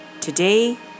Today